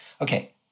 Okay